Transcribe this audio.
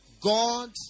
God